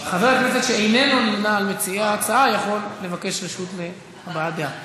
חבר כנסת שאיננו נמנה עם מציעי ההצעה יכול לבקש רשות להבעת דעה.